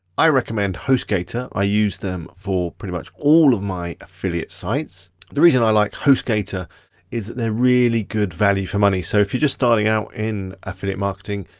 i recommend hostgator, i use them for pretty much all of my affiliate sites. the reason i like hostgator is that they're really good value for money, so if you're just starting out in affiliate marketing,